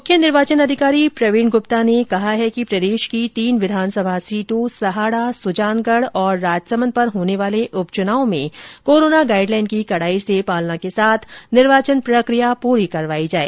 मुख्य निर्वाचन अधिकारी प्रवीण गुप्ता ने कहा है कि प्रदेश की तीन विधानसभा सीटों सहाड़ा सुजानगढ़ और राजसमंद पर होने वाले उप चुनाव में कोरोना गाइड लाइन की कड़ाई से पालना के साथ निर्वाचन प्रकिया पूरी करवाई जाए